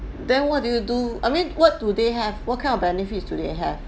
then what do you do I mean what do they have what kind of benefits do they have